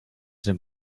dem